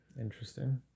Interesting